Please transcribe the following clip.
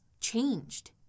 changed